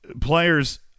Players